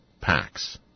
packs